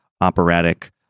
operatic